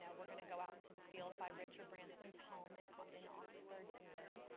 yeah we're going to go out into the field by richard branson's home and in oxford, england.